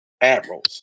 admirals